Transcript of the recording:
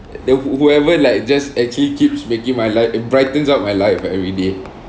the who~ whoever like just actually keeps making my life it brightens up my life everyday